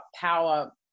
power